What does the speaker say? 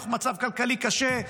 אנחנו במצב כלכלי קשה,